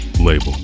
label